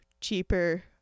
cheaper